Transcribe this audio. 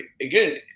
again